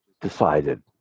decided